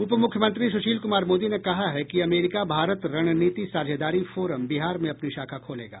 उपमुख्यमंत्री सुशील कुमार मोदी ने कहा है कि अमेरिका भारत रणनीति साझेदारी फोरम बिहार में अपनी शाखा खोलेगा